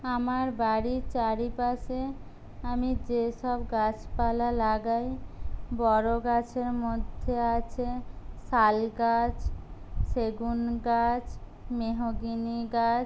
আমার বাড়ির চারিপাশে আমি যে সব গাছপালা লাগাই বড় গাছের মধ্যে আছে শাল গাছ সেগুন গাছ মেহগিনি গাছ